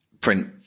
print